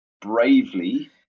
bravely